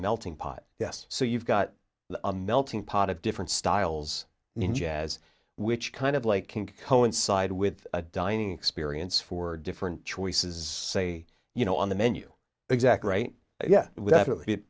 melting pot yes so you've got a melting pot of different styles in jazz which kind of like coincide with a dining experience for different choices say you know on the menu exactly right yeah w